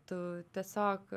tu tiesiog